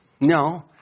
no